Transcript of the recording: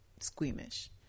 squeamish